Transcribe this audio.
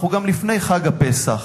אנחנו גם לפני חג הפסח.